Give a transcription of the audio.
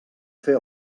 fer